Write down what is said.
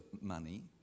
money